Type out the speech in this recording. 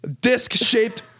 Disc-shaped